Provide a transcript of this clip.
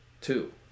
two